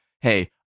Hey